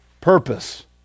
purpose